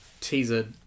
teaser